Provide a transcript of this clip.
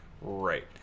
Right